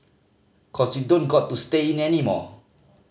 cause you don't got to stay in anymore